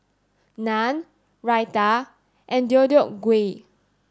Naan Raita and Deodeok Gui